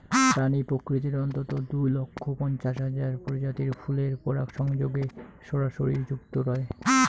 প্রাণী প্রকৃতির অন্ততঃ দুই লক্ষ পঞ্চাশ হাজার প্রজাতির ফুলের পরাগসংযোগে সরাসরি যুক্ত রয়